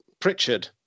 Pritchard